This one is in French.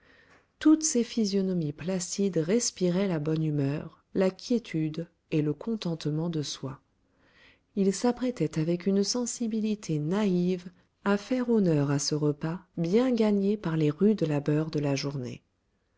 toutes ces physionomies placides respiraient la bonne humeur la quiétude et le contentement de soi ils s'apprêtaient avec une sensibilité naïve à faire honneur à ce repas bien gagné par les rudes labeurs de la journée